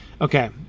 Okay